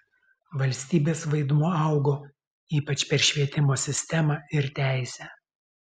valstybės vaidmuo augo ypač per švietimo sistemą ir teisę